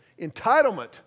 Entitlement